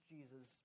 Jesus